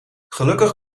gelukkig